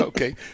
Okay